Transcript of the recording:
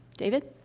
david?